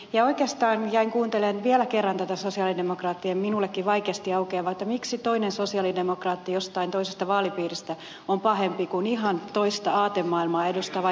oikeastaan jäin kuuntelemaan vielä kerran tätä sosialidemokraattien minullekin vaikeasti aukeavaa asiaa miksi toinen sosialidemokraatti jostain toisesta vaalipiiristä on pahempi kuin joku toinen ihan toista aatemaailmaa edustava